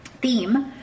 theme